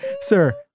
Sir